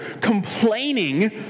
complaining